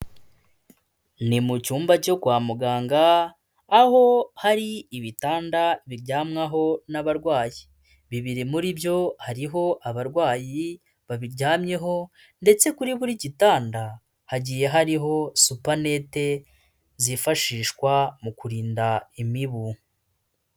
Mi mu cyumba cyo kwa muganga aho hari ibitanda biryamwaho n'abarwayi, bibiri muri byo hariho abarwayi babiryamyeho ndetse kuri buri gitanda hagiye hariho supanete zifashishwa mu kurinda imibu.